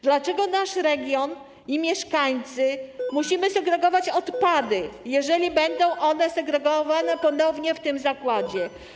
Dlaczego nasz region i mieszkańcy muszą segregować odpady, jeżeli będą one segregowane ponownie w tym zakładzie?